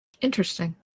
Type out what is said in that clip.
Interesting